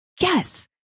yes